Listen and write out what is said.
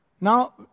Now